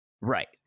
right